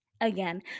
again